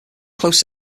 close